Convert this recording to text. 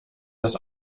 das